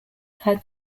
had